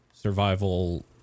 survival